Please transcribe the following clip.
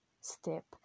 step